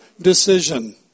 decision